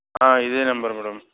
ఇదే number madam